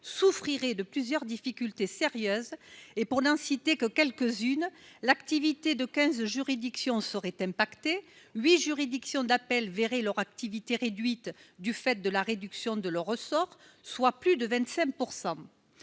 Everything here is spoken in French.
souffrirait de plusieurs difficultés sérieuses et pour l'inciter que quelques-unes, l'activité de 15 juridictions seraient impactés 8 juridiction d'appel verraient leur activité réduite du fait de la réduction de leur ressort, soit plus de 25